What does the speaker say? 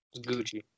Gucci